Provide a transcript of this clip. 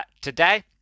Today